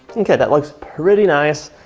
okay, that looks pretty nice.